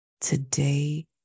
today